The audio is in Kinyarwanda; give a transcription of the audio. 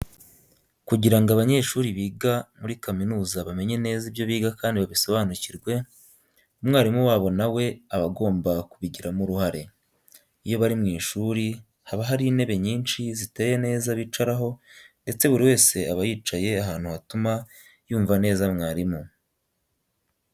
Kugira ngo abanyeshuri biga muri kaminuza bamenye neza ibyo biga kandi babisobanukirwe, umwarimu wabo na we aba agomba kubigiramo uruhare. Iyo bari mu ishuri haba hari intebe nyinshi ziteye neza bicaraho ndetse buri wese aba yicaye ahantu hatuma yumva neza mwarimu.